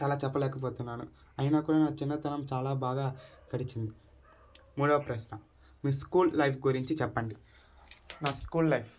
చాలా చెప్పలేక పోతున్నాను అయినా కూడా నా చిన్నతనం చాలా బాగా గడిచింది మూడో ప్రశ్న మీ స్కూల్ లైఫ్ గురించి చెప్పండి నా స్కూల్ లైఫ్